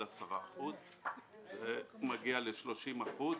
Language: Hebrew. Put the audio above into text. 10 אחוזים כך שהוא מגיע ל-30 אחוזים.